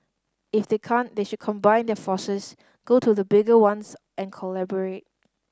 if they can't they should combine their forces go to the bigger ones and collaborate